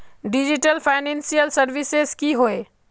Digital financial services की होय?